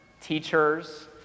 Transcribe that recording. teachers